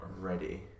ready